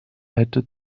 hätte